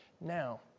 Now